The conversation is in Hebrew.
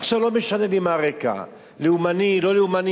עכשיו לא משנה לי מה הרקע, לאומני, לא לאומני.